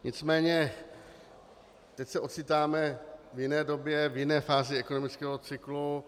Nicméně teď se ocitáme v jiné době, v jiné fázi ekonomického cyklu.